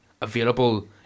available